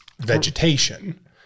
vegetation